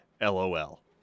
LOL